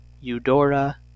Eudora